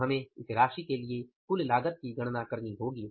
तो हमें इस राशि के लिए कुल लागत की गणना करनी होगी